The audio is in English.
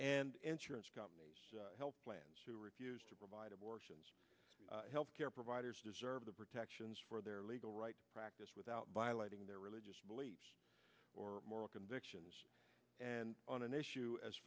and insurance companies health plans to refuse to provide abortions healthcare providers deserve the protections for their legal right to practice without violating their religious beliefs or moral convictions and on an issue as